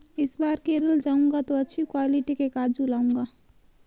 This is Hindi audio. इस बार केरल जाऊंगा तो अच्छी क्वालिटी के काजू लाऊंगा